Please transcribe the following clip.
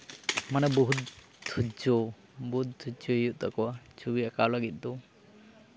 ᱢᱟᱱᱮ ᱵᱚᱦᱩᱫ ᱫᱷᱳᱨᱡᱚ ᱵᱚᱦᱩᱫ ᱫᱷᱳᱨᱡᱚᱭ ᱦᱩᱭᱩᱜ ᱛᱟᱠᱚᱣᱟ ᱪᱷᱚᱵᱤ ᱟᱸᱠᱟᱣ ᱞᱟᱹᱜᱤᱫ ᱫᱚ